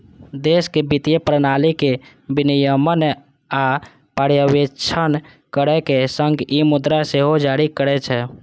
देशक वित्तीय प्रणाली के विनियमन आ पर्यवेक्षण करै के संग ई मुद्रा सेहो जारी करै छै